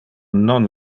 non